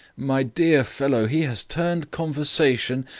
my dear fellow, he has turned conversation,